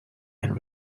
and